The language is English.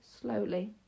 Slowly